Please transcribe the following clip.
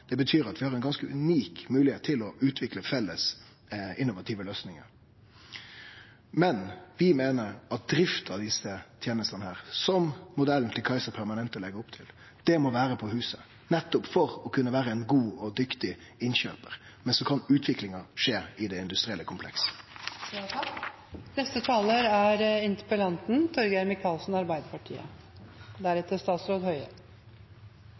Det betyr at vi har ein ganske unik moglegheit til å utvikle felles, innovative løysingar. Men vi meiner at drifta av desse tenestene, slik modellen til Kaiser Permanente legg opp til, må vere på huset, nettopp for å kunne vere ein god og dyktig innkjøpar – men så kan utviklinga skje i det industrielle